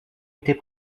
été